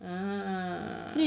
ah